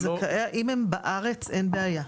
אם הם בארץ אין בעיה,